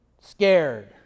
scared